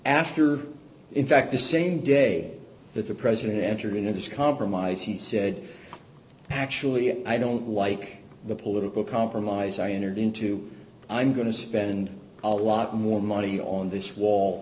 after in fact the same day that the president entered into this compromise he said actually i don't like the political compromise i entered into i'm going to spend a lot more money on this wall